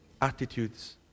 attitudes